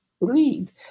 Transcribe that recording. read